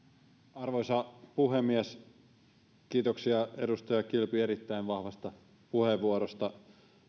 arvoisa puhemies kiitoksia edustaja kilpi erittäin vahvasta puheenvuorosta